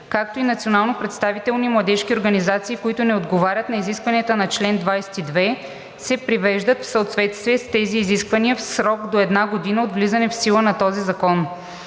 както и национално представителни младежки организации, които не отговарят на изискванията на чл. 22, се привеждат в съответствие с тези изисквания в срок до една година от влизането в сила на този закон.